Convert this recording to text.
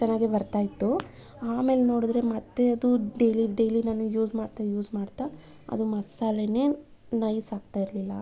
ಚೆನ್ನಾಗೆ ಬರ್ತಾ ಇತ್ತು ಆಮೇಲೆ ನೋಡಿದ್ರೆ ಮತ್ತೆ ಅದು ಡೈಲಿ ಡೈಲಿ ನನಗೆ ಯೂಸ್ ಮಾಡ್ತಾ ಯೂಸ್ ಮಾಡ್ತಾ ಅದು ಮಸಾಲೆನೆ ನೈಸ್ ಆಗ್ತಾ ಇರಲಿಲ್ಲ